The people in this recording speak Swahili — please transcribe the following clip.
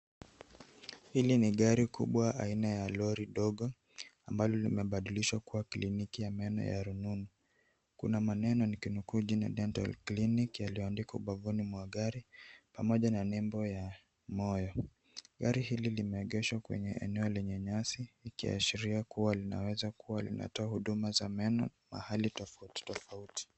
Hili ni gari kubwa aina ya lori dogo, ambalo limebadilishwa kuwa kliniki ya meno ya rununu. Kuna maneno, nikinukuu jina dental clinic yaliyoandikwa ubavuni mwa gari, pamoja na nembo ya moyo. Gari hili limeegeshwa kwenye eneo lenye nyasi, likiashiria kuwa linaweza kuwa linatoa huduma za meno mahali tofauti tofauti.